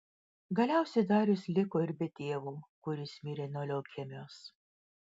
galiausiai darius liko ir be tėvo kuris mirė nuo leukemijos